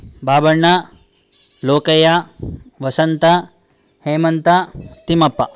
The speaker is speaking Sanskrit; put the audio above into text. बाबण्ण लोकय्य वसन्त हेमन्त तिम्मप्प